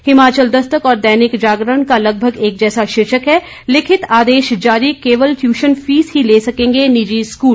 हिमाचल दस्तक और दैनिक जागरण का लगभग एक जैसा शीर्षक है लिखित आदेश जारी केवल टयूशन फीस ही ले सकेंगे निजी स्कूल